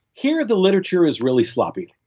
here, the literature is really sloppy.